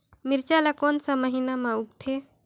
मिरचा ला कोन सा महीन मां उगथे?